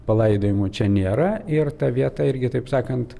palaidojimų čia nėra ir ta vieta irgi taip sakant